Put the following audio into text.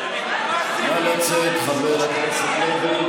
נא לצאת, חבר הכנסת לוי.